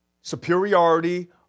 Superiority